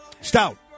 Stout